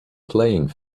playing